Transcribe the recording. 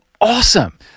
awesome